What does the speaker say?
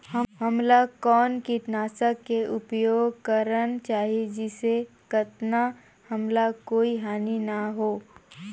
हमला कौन किटनाशक के उपयोग करन चाही जिसे कतना हमला कोई हानि न हो?